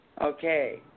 Okay